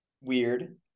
weird